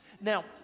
Now